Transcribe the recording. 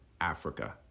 Africa